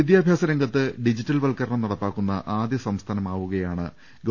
വിദ്യാഭ്യാസ രംഗത്ത് ഡിജിറ്റൽപ്പൽക്കരണം നടപ്പാക്കുന്ന ആദ്യ സംസ്ഥാനം ആവുകയാണ് ഗ്വ